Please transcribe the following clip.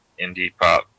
indie-pop